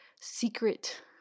secret